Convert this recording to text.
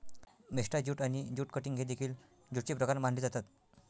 मेस्टा jute आणि jute cutting हे देखील ज्यूटचे प्रकार मानले जातात